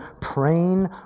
praying